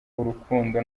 urukundo